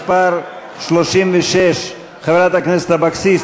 מס' 36. חברת הכנסת אבקסיס,